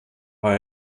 war